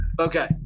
Okay